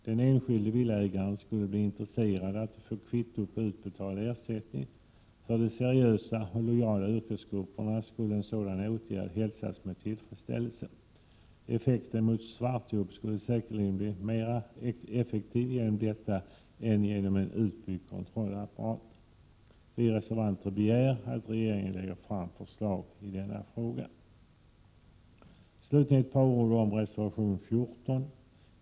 Den enskilde villaägaren skulle bli intresserad av att få kvitto på utbetald ersättning. De seriösa och lojala yrkesgrupperna skulle hälsa en sådan åtgärd med tillfredsställelse. Effekten mot svartjobb skulle säkerligen blir mer påtaglig genom denna åtgärd än genom en utbyggd kontrollapparat. Vi reservanter begär att regeringen lägger fram förslag i denna fråga. Slutligen ett par ord om reservation nr 14.